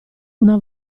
una